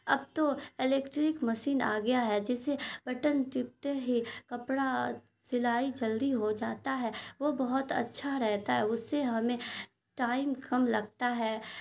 اب تو electric machine آ گیا ہے جسے بٹن چبتے ہی کپڑا سلائی جلدی ہو جاتا ہے وہ بہت اچھا رہتا ہے اس سے ہمیں ٹائم کم لگتا ہے